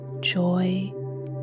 joy